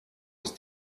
ist